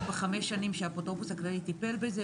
בחמש שנים שהאפוטרופוס הכללי טיפל בזה,